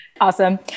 Awesome